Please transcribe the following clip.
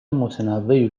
متنوعی